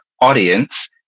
audience